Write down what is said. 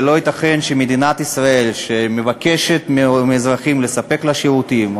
ולא ייתכן שמדינת ישראל מבקשת מאזרחים לספק לה שירותים,